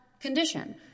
condition